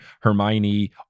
Hermione